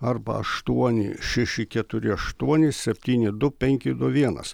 arba aštuoni šeši keturi aštuoni septyni du penki du vienas